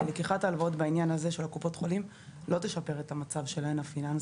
לקיחת ההלוואות בעניין הזה לא תשפר את המצב הפיננסי